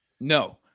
No